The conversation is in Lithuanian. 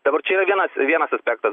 dabar čia yra vienas vienas aspektas